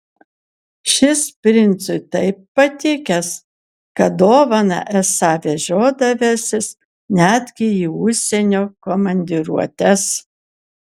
šis princui taip patikęs kad dovaną esą vežiodavęsis netgi į užsienio komandiruotes